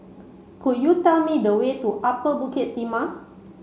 could you tell me the way to Upper Bukit Timah